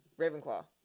Ravenclaw